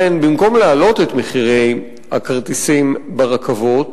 במקום להעלות את מחירי הכרטיסים ברכבות,